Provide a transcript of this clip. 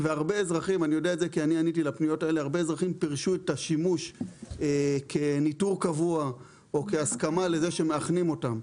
הרבה אזרחים פירשו את השימוש כניטור קבוע או הסכמה לזה שמאכנים אותם.